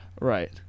Right